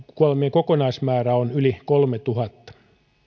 kokonaismäärä on yli kolmannessatuhannennessa